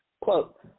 Quote